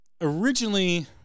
originally